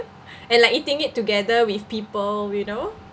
and like eating it together with people you know